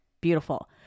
Beautiful